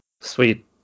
Sweet